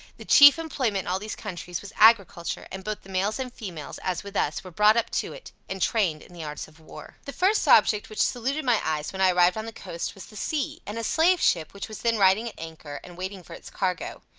the chief employment in all these countries was agriculture, and both the males and females, as with us, were brought up to it, and trained in the arts of war. the first object which saluted my eyes when i arrived on the coast was the sea, and a slave ship, which was then riding at anchor, and waiting for its cargo.